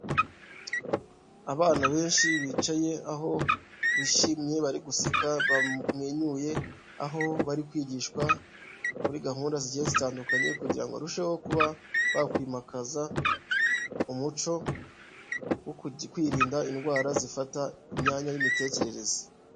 Abana benshi bicaye, aho bishimye bari guseka, bamwenyuye, aho bari kwigishwa kuri gahunda zigiye zitandukanye kugirango ngo barusheho kuba bakwimakaza umuco wo kwirinda indwara zifata imyanya y'imitekerereze.